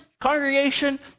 congregation